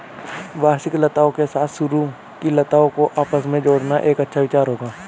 वार्षिक लताओं के साथ सरू की लताओं को आपस में जोड़ना एक अच्छा विचार होगा